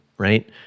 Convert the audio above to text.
right